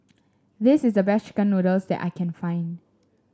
this is the best chicken noodles that I can find